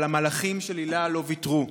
אבל המלאכים של היל"ה לא ויתרו.